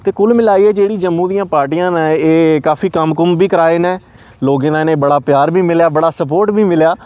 ते कुल मिलाइयै जेह्ड़ी जम्मू दियां पार्टियां न एह् काफी कम्म कुम्म बी कराए न लोकें दा इनेंगी बड़ा प्यार बी मिलेआ बड़ा सपोर्ट बी मिलेआ